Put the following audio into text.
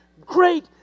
great